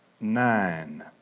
nine